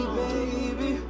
baby